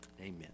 Amen